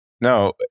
No